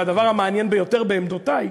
והדבר המעניין ביותר בעמדותי,